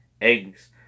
eggs